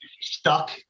stuck